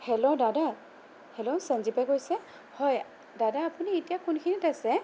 হে'ল্ল' দাদা হেল্ল' সৱেঞ্জীৱে কৈছে হয় দাদা আপুনি এতিয়া কোনখিনিত আছে